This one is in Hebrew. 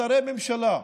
אתרי ממשלה,